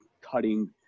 cutting